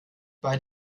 bei